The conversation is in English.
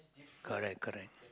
correct correct